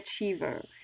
achiever